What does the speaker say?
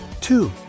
Two